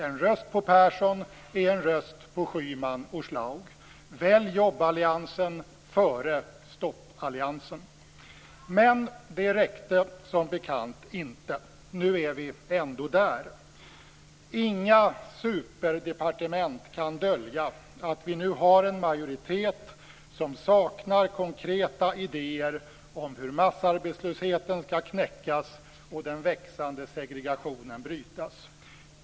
En röst på Persson är en röst på Schyman och Schlaug. Välj jobballiansen före stoppalliansen! Men det räckte som bekant inte. Nu är vi ändå där. Inga superdepartement kan dölja att vi nu har en majoritet som saknar konkreta idéer om hur massarbetslösheten skall knäckas och den växande segregationen brytas.